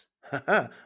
haha